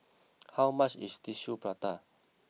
how much is Tissue Prata